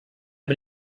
bin